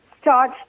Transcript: start